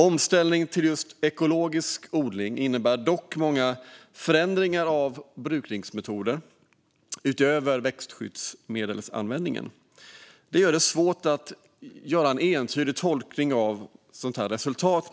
Omställning till just ekologisk odling innebär dock många förändringar av brukningsmetoder utöver växtskyddsmedelsanvändningen. Det gör det svårt att göra en entydig tolkning av ett sådant resultat.